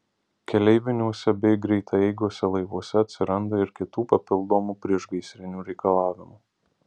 keleiviniuose bei greitaeigiuose laivuose atsiranda ir kitų papildomų priešgaisrinių reikalavimų